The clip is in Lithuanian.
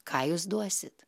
ką jūs duosit